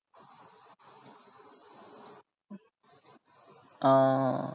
oo